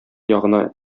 ягына